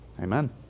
Amen